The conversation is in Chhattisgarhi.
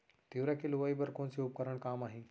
तिंवरा के लुआई बर कोन से उपकरण काम आही?